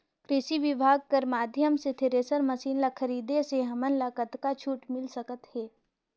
कृषि विभाग कर माध्यम से थरेसर मशीन ला खरीदे से हमन ला कतका छूट मिल सकत हे?